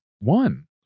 One